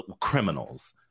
Criminals